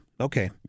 okay